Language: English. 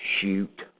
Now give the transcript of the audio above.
shoot